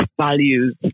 values